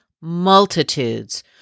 multitudes